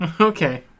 Okay